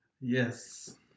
Yes